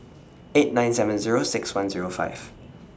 eight nine seven Zero six one Zero five